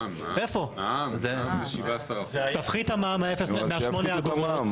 מע"מ זה 17%. תפחית את המע"מ משמונה אגורות,